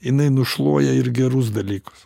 jinai nušluoja ir gerus dalykus